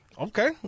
Okay